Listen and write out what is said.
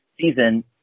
season